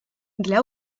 для